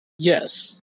Yes